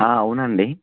అవునండి